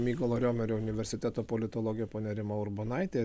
mykolo riomerio universiteto politologė ponia rima urbonaitė